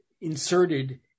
inserted